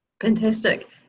Fantastic